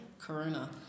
corona